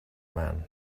man